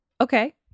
Okay